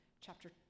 chapter